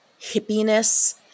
hippiness